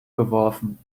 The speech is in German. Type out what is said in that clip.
geworfen